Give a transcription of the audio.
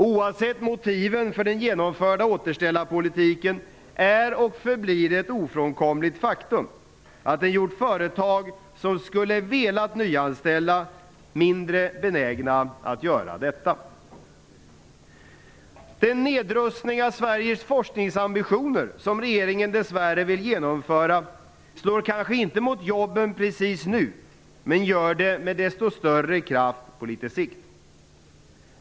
Oavsett motiven för den genomförda återställarpolitiken är och förblir det ett ofrånkomligt faktum att den har gjort företag som skulle ha velat nyanställa mindre benägna att göra detta. Den nedrustning av Sveriges forskningsambitioner som regeringen dess värre vill genomföra slår kanske inte mot jobben precis nu men gör det med desto större kraft på litet sikt.